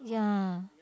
yeah